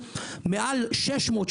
מעל 600,000,